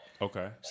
Okay